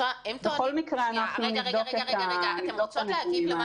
בכל מקרה, נבדוק את הנתונים האלה גם אצלנו.